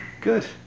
Good